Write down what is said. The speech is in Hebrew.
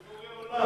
יש בורא עולם.